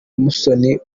musoni